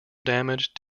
damage